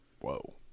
Whoa